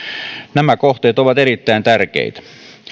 nämä kohteet ovat erittäin tärkeitä